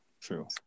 True